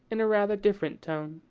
in a rather different tone.